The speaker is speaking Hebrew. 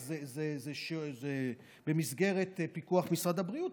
זה במסגרת פיקוח משרד הבריאות,